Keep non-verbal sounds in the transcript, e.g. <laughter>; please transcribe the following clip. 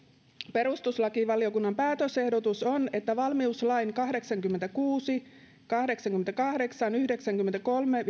perustuslakivaliokunnan päätösehdotus on että valmiuslain kahdeksankymmentäkuusi kahdeksankymmentäkahdeksan yhdeksänkymmentäkolme <unintelligible>